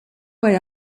way